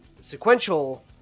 sequential